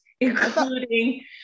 including